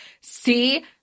see